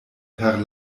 per